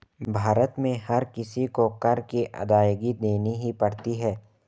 भारत में हर किसी को कर की अदायगी देनी ही पड़ती है